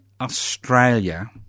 Australia